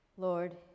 Lord